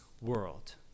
world